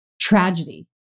tragedy